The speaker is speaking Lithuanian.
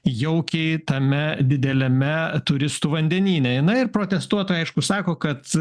jaukiai tame dideliame turistų vandenyne jinai ir protestuotojai aišku sako kad